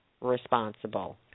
responsible